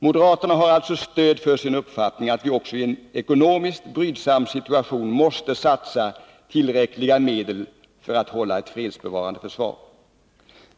Moderaterna har alltså stöd för sin uppfattning att vi också i en ekonomiskt brydsam situation måste satsa tillräckliga medel för att hålla ett fredsbevarande försvar.